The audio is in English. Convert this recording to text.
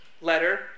letter